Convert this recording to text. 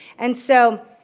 and so,